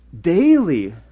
daily